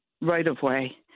right-of-way